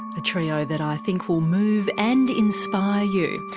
a trio that i think will move and inspire you.